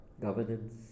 governance